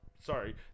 Sorry